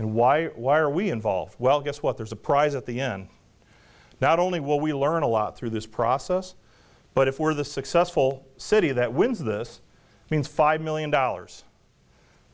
and why why are we involved well guess what there's a prize at the end not only will we learn a lot through this process but if we're the successful city that wins this means five million dollars